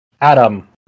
Adam